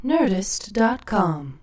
Nerdist.com